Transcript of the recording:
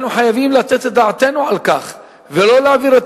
אנחנו חייבים לתת את דעתנו על כך ולא להעביר את